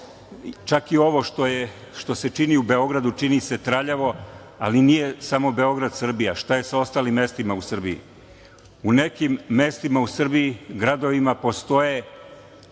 čak i ovo što se čini u Beogradu, čini se traljavo, ali nije samo Beograd Srbija, šta je sa ostalim mestima u Srbiji? U nekim mestima u Srbiji, gradovima, postoje